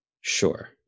Sure